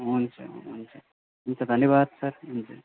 हुन्छ हुन्छ हुन्छ धन्यवाद सर हुन्छ